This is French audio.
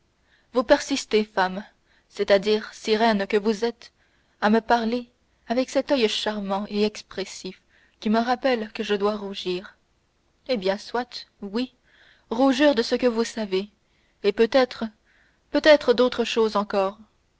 vous persistez femme c'est-à-dire sirène que vous êtes à me parler avec cet oeil charmant et expressif qui me rappelle que je dois rougir eh bien soit oui rougir de ce que vous savez et peut-être peut-être d'autre chose encore